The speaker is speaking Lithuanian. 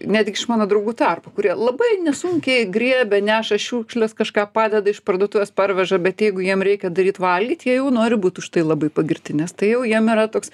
netgi iš mano draugų tarpo kurie labai nesunkiai griebia neša šiukšles kažką padeda iš parduotuvės parveža bet jeigu jam reikia daryt valgyt jie jau nori būt už tai labai pagirti nes tai jau jiem yra toks